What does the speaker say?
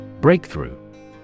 Breakthrough